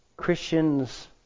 Christians